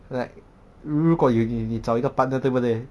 like 如果有你找一个 partner 对不对